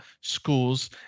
schools